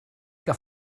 que